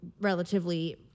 relatively